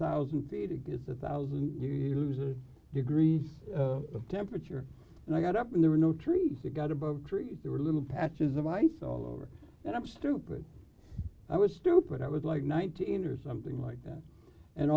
thousand feet to get the one thousand you whose degree of temperature and i got up and there are no trees got above trees there were little patches of ice all over and i'm stupid i was stupid i was like nineteen or something like that and